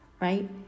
right